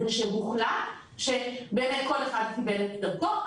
זה שהוחלט שבאמת כל אחד קיבל את דרכו,